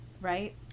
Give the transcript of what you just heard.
right